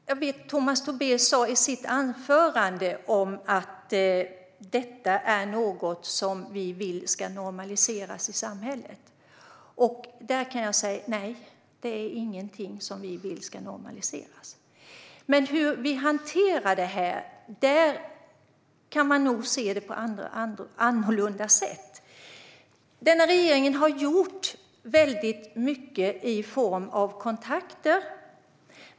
Herr talman! Tomas Tobé sa i sitt anförande att detta är något som vi vill ska normaliseras i samhället. Nej, kan jag säga, det är ingenting som vi vill ska normaliseras. Men hur vi hanterar det kan man nog se på olika sätt. Denna regering har gjort mycket i form av kontakter.